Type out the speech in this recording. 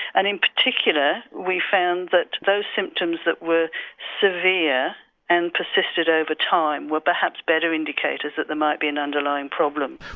and in particular we found that those symptoms that were severe and persisted over time were perhaps better indicators that there might be an underlying problem.